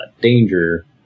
Danger